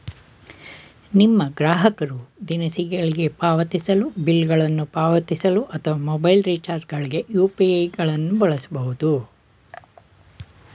ನಿಮ್ಮ ಗ್ರಾಹಕರು ದಿನಸಿಗಳಿಗೆ ಪಾವತಿಸಲು, ಬಿಲ್ ಗಳನ್ನು ಪಾವತಿಸಲು ಅಥವಾ ಮೊಬೈಲ್ ರಿಚಾರ್ಜ್ ಗಳ್ಗೆ ಯು.ಪಿ.ಐ ನ್ನು ಬಳಸಬಹುದು